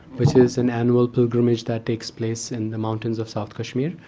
which is an annual pilgrimage that takes place in the mountains of south kashmir.